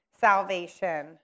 salvation